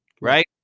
right